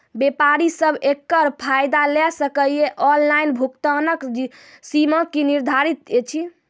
व्यापारी सब एकरऽ फायदा ले सकै ये? ऑनलाइन भुगतानक सीमा की निर्धारित ऐछि?